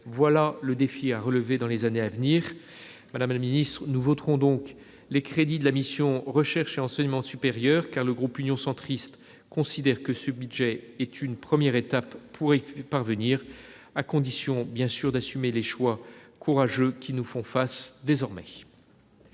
voilà le défi à relever pour les années à venir. Nous voterons donc les crédits de la mission « Recherche et enseignement supérieur », car le groupe Union Centriste considère que ce budget est une première étape pour y parvenir, à condition d'assumer les choix courageux qui nous font face désormais.